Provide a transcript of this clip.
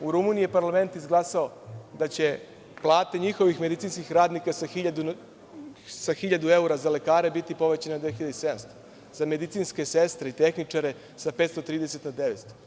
U Rumuniji je parlament izglasao da će plate njihovih medicinskih radnika sa 1.000 evra za lekare biti povećane na 1.700, za medicinske sestre i tehničare sa 530 na 900.